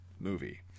movie